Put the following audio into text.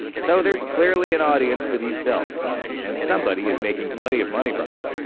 so there's clearly an audience for these films and somebody is making plenty of money from them.